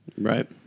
Right